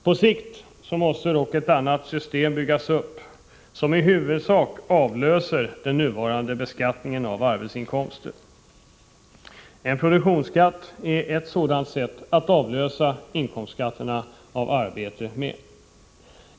På sikt måste dock ett annat system byggas upp, som i huvudsak avlöser den nuvarande beskattningen av arbetsinkomster. En produktionsskatt är ett sådant sätt att avlösa skatterna på inkomst av arbete.